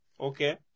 Okay